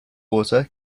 water